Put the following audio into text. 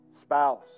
spouse